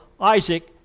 Isaac